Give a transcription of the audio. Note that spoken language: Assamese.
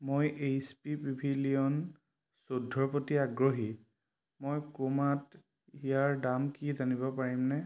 মই এইচ পি পেভিলিয়ন চৈধ্যৰ প্ৰতি আগ্ৰহী মই ক্ৰোমাত ইয়াৰ দাম কি জানিব পাৰিমনে